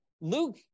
Luke